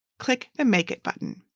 click the make it button.